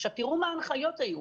עכשיו, תראו מה ההנחיות היו.